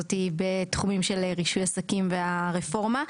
הזאת בתחומים של רישוי עסקים והרפורמה.